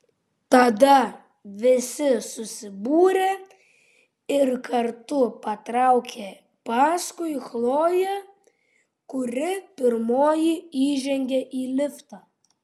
tada visi susibūrė ir kartu patraukė paskui chloję kuri pirmoji įžengė į liftą